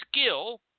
skill –